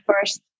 first